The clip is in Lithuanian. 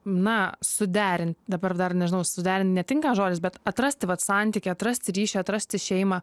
na suderinti dabar dar nežinau suderint netinka žodis bet atrasti vat santykį atrasti ryšį atrasti šeimą